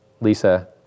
Lisa